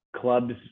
clubs